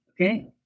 okay